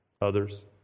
others